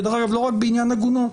כדרך אגב, לא רק בעניין עגונות,